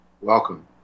welcome